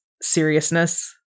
seriousness